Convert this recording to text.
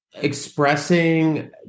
Expressing